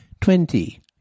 Twenty